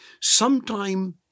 sometime